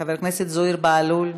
חבר הכנסת זוהיר בהלול,